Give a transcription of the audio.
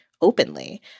openly